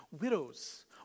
Widows